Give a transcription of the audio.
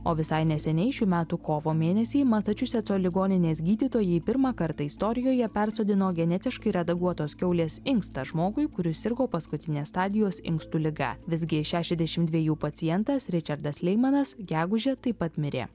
o visai neseniai šių metų kovo mėnesį masačusetso ligoninės gydytojai pirmą kartą istorijoje persodino genetiškai redaguotos kiaulės inkstą žmogui kuris sirgo paskutinės stadijos inkstų liga visgi šešiasdešim dvejų pacientas ričardas leimanas gegužę taip pat mirė